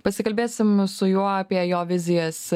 pasikalbėsim su juo apie jo vizijas